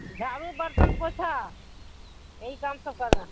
جھاڑو برتن پوچھا یہی کام سب کرنا